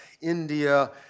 India